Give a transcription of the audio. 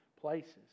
places